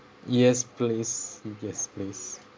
yes please yes please